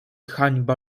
hańba